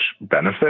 benefit